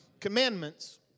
commandments